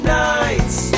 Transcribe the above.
nights